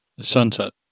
Sunset